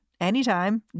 anytime